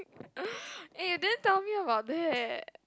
eh then down here or there